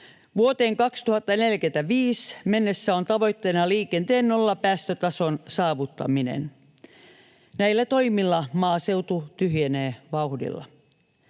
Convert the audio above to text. vuoteen 2045 mennessä on tavoitteena liikenteen nollapäästötason saavuttaminen. Näillä toimilla maaseutu tyhjenee vauhdilla.